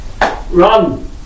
Run